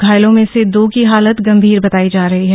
घायलों में से दो ही हालत गंभीर बतायी जा रही है